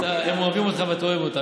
הם אוהבים אותך ואתה אוהב אותם.